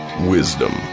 Wisdom